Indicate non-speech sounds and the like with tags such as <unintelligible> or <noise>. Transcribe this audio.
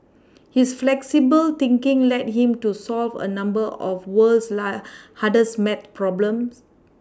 his flexible thinking led him to solve a number of the world's <unintelligible> hardest math problems